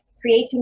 creating